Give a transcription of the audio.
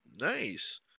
Nice